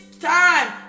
time